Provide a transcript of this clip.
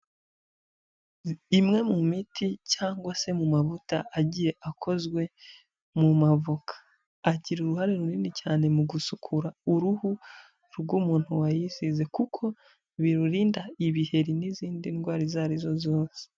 Imwe mu miti cyangwa se mu mavuta agiye akozwe mu mavoka, agira uruhare runini cyane mu gusukura uruhu rw'umuntu wayisize kuko birurinda ibiheri n'izindi ndwara izo ari zo zose.